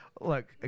Look